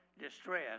distress